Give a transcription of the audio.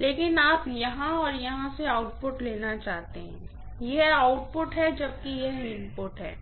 लेकिन आप यहाँ और यहाँ से आउटपुट लेना चाहते हैं यह आउटपुट है जबकि यह इनपुट है